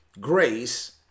Grace